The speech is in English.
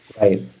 right